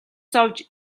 зовж